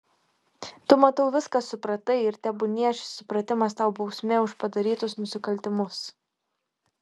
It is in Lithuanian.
tu matau viską supratai ir tebūnie šis supratimas tau bausmė už padarytus nusikaltimus